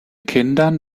kindern